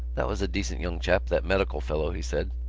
that was a decent young chap, that medical fellow, he said.